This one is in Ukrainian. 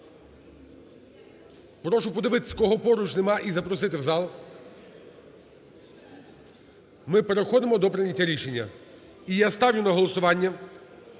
Прошу подивитися, кого поруч немає, і запросити в зал. Ми переходимо до прийняття рішення. І я ставлю на голосування